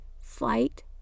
flight